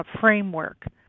framework